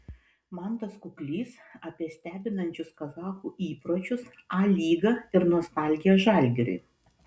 mantas kuklys apie stebinančius kazachų įpročius a lygą ir nostalgiją žalgiriui